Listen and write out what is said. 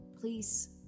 please